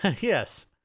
Yes